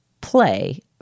play